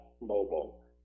mobile